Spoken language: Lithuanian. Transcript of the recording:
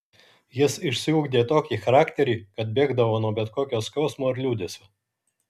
jis išsiugdė tokį charakterį kad bėgdavo nuo bet kokio skausmo ar liūdesio